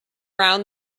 round